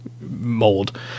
mold